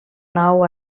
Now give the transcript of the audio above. nau